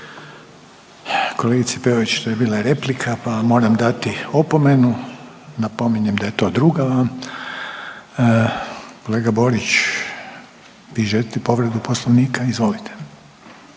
Kolegice Peović to je bila replika pa vam moram dati opomenu. Napominjem da je to druga vam. Kolega Borić, vi želite povredu poslovnika? Izvolite,